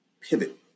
pivot